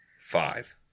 Five